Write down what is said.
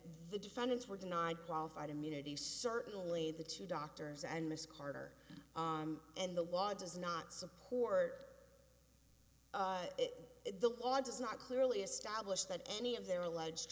the defendants were denied qualified immunity certainly the two doctors and miss carter and the law does not support the law does not clearly establish that any of their alleged